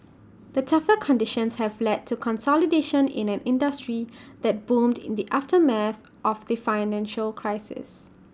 the tougher conditions have led to consolidation in an industry that boomed in the aftermath of the financial crisis